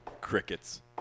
Crickets